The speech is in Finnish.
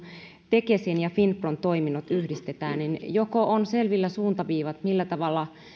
tekesin ja finpron toiminnot yhdistetään joko on selvillä suuntaviivat millä tavalla